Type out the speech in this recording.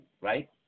right